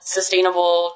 sustainable